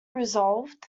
resolved